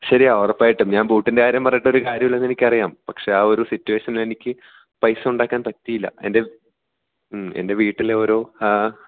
ശരിയാണ് ഉറപ്പായിട്ടും ഞാൻ ബൂട്ടിൻ്റെ കാര്യം പറഞ്ഞിട്ടൊരു കാര്യവുമില്ലെന്നെനിക്കറിയാം പക്ഷേ ആ ഒരു സിറ്റുവേഷനിലെനിക്ക് പൈസ ഉണ്ടാക്കാൻ പറ്റിയില്ല എൻ്റെ മ്മ് എൻ്റെ വീട്ടിലെ ഓരോ ആ